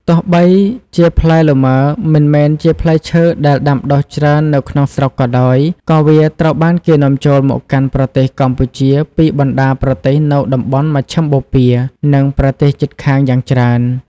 ទោះបីជាផ្លែលម៉ើមិនមែនជាផ្លែឈើដែលដាំដុះច្រើននៅក្នុងស្រុកក៏ដោយ ក៏វាត្រូវបានគេនាំចូលមកកាន់ប្រទេសកម្ពុជាពីបណ្តាប្រទេសនៅតំបន់មជ្ឈិមបូព៌ា និងប្រទេសជិតខាងយ៉ាងច្រើន។